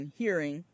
hearing